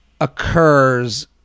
occurs